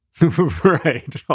Right